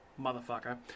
motherfucker